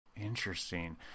Interesting